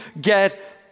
get